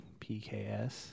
pks